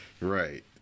Right